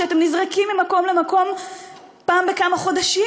כשאתם נזרקים ממקום למקום פעם בכמה חודשים,